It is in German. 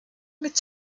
mit